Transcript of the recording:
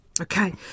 Okay